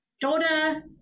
daughter